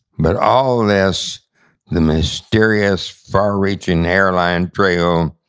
but all this the mysterious, far-reaching hairline trail,